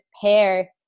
pair